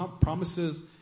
promises